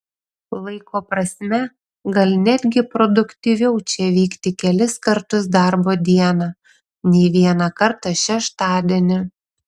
laiko prasme gal netgi produktyviau čia vykti kelis kartus darbo dieną nei vieną kartą šeštadienį